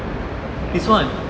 this one